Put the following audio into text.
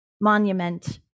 monument